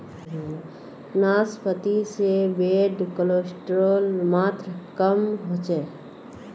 नाश्पाती से bad cholesterol मात्र कम होचे